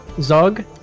zog